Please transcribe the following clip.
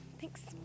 Thanks